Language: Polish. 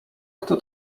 kto